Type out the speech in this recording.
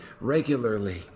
regularly